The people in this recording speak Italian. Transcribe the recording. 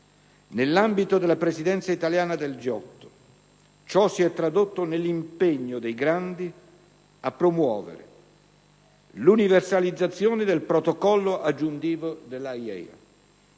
Nell'ambito della Presidenza italiana del G8, ciò si è tradotto nell'impegno dei grandi a promuovere l'universalizzazione del Protocollo aggiuntivo dell'AIEA;